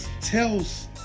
tells